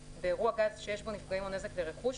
באירוע גז שיש בו נפגעים או נזק לרכוש,